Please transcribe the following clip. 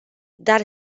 dar